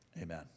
amen